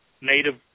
native